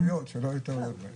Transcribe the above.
שלא יהיו טעויות.